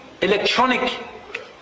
electronic